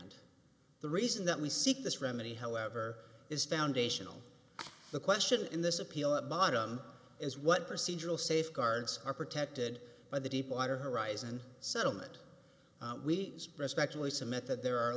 and the reason that we seek this remedy however is foundational the question in this appeal at bottom is what procedural safeguards are protected by the deepwater horizon settlement we respectfully submit that there are